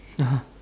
(uh huh)